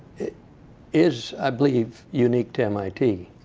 is, i believe, unique to mit,